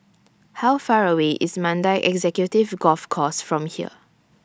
How Far away IS Mandai Executive Golf Course from here